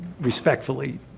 respectfully